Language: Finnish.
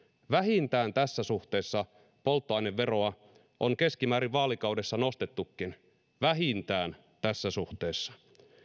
vähintään tässä suhteessa polttoaineveroa on keskimäärin vaalikaudessa nostettukin vähintään tässä suhteessa